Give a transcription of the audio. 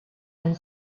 and